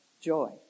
joy